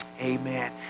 Amen